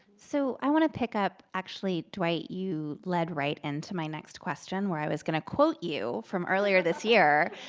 so i want to pick up actually, dwight, you led right into my next question where i was going to quote you from earlier this year